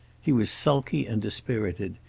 he was sulky and dispirited.